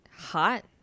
Hot